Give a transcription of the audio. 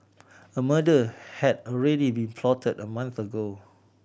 a murder had already been plotted a month ago